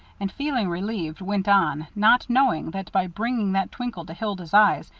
and, feeling relieved, went on, not knowing that by bringing that twinkle to hilda's eyes,